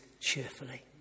cheerfully